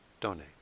donate